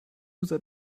user